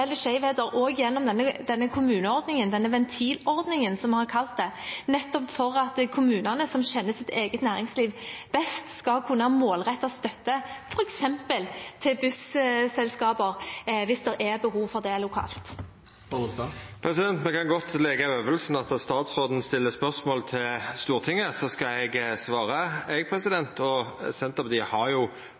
gjennom denne kommuneordningen, denne ventilordningen, som vi har kalt det, nettopp for at kommunene, som kjenner sitt eget næringsliv best, skal kunne målrette støtte, f.eks. til busselskaper, hvis det er behov for det lokalt. Me kan godt leika øvinga at statsråden stiller spørsmål til Stortinget – eg skal